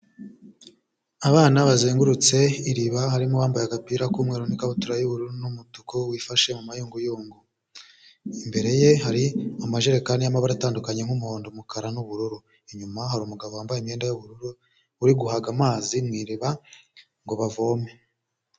Abana bazengurutse iriba harimo uwambaye agapira k'umweru n'ikabutura y'uburu n'umutuku wifashe mu mayunguyungo. Imbere ye hari amajerekani y'amabara atandukanye nk'umuhondo, umukara n'ubururu. Inyuma hari umugabo wambaye imyenda y'ubururu uri guhaga amazi mu iriba ngo bavome.